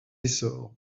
essor